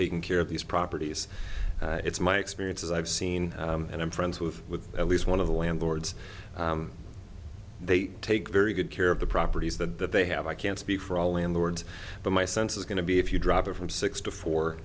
taking care of these properties it's my experience as i've seen and i'm friends with with at least one of the landlords they take very good care of the properties that they have i can't speak for all landlords but my sense is going to be if you drop it from six to fo